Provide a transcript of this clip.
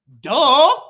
Duh